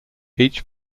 each